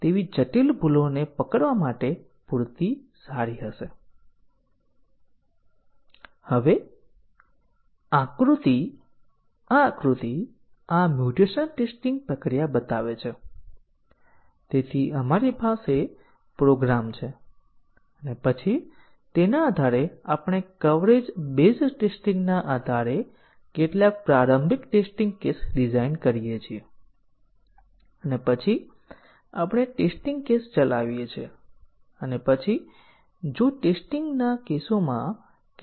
આપણે બ્રાંચ અને condition coverage પર જોયું હતું કે જેને કન્ડિશન ડીસીઝન કવરેજ પણ કહેવામાં આવે છે જે કન્ડિશન કવરેજ અને બ્રાંચ ડીસીઝન કવરેજ બંને કરતાં વધુ મજબૂત છે અને આપણે MCDC કવરેજ પર જોયું હતું જે બ્રાંચ અને કન્ડિશન કવરેજ કરતાં વધુ મજબૂત છે